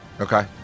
Okay